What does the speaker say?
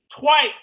twice